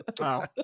Wow